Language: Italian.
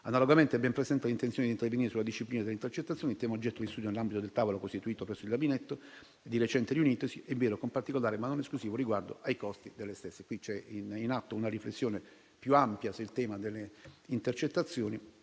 Analogamente è ben presente l'intenzione di intervenire sulla disciplina delle intercettazioni, tema oggetto di studio nell'ambito del tavolo costituito presso il gabinetto, di recente riunitosi, con particolare, ma non esclusivo riguardo ai costi delle stesse. Qui c'è in atto una riflessione più ampia sul tema delle intercettazioni,